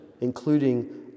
including